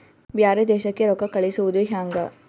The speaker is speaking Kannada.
ಬ್ಯಾರೆ ದೇಶಕ್ಕೆ ರೊಕ್ಕ ಕಳಿಸುವುದು ಹ್ಯಾಂಗ?